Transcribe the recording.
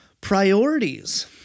priorities